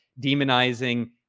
demonizing